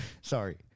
Sorry